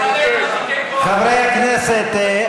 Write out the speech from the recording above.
חברי הכנסת,